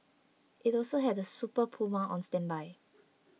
it also had a Super Puma on standby